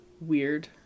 weird